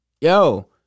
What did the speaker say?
Yo